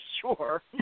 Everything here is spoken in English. sure